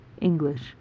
English